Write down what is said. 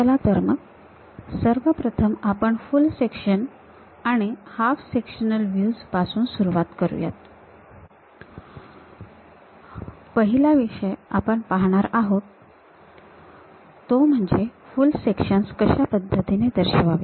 चला तर मग सर्वप्रथम आपण फुल सेक्शन आणि हाफ सेक्शनल व्ह्यूस पासून सुरुवात करूया पहिला विषय आपण पाहणार आहोत तो म्हणजे फुल सेक्शन्स कशा पद्धतीने दर्शवावेत